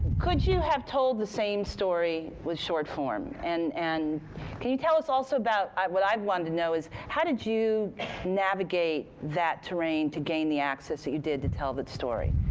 could you have told the same story with short form? and and can you tell us also about what i want to know is how did you navigate that terrain to gain the access that you did to tell the story,